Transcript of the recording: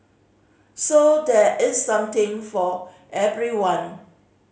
so there is something for everyone